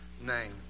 name